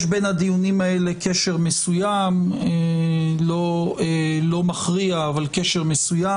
יש בין הדיונים הללו קשר מסוים; לא מכריע אבל מסוים.